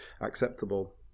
acceptable